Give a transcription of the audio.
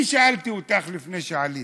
אני שאלתי אותך לפני שעליתי,